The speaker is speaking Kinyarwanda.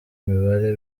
imibare